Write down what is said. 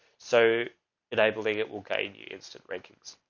so enabling it will gain you instant rankings.